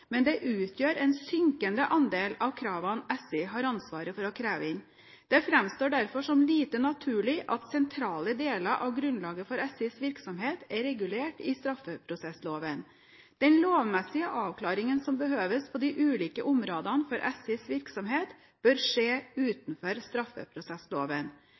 men det utgjør en synkende andel av kravene SI har ansvaret for å kreve inn. Det framstår derfor som lite naturlig at sentrale deler av grunnlaget for SIs virksomhet er regulert i straffeprosessloven. Den lovmessige avklaringen som behøves på de ulike områdene for SIs virksomhet, bør skje utenfor straffeprosessloven.